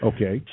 Okay